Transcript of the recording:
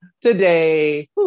Today